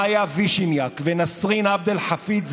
מאיה וישיניאק ונסרין עבד אל-חפיד,